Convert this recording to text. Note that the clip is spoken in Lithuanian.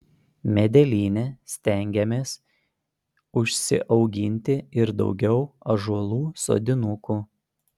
medelyne stengiamės užsiauginti ir daugiau ąžuolų sodinukų